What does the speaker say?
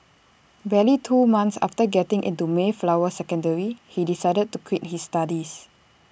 barely two months after getting into Mayflower secondary he decided to quit his studies